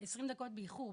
עשרים דקות באיחור,